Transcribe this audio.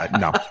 No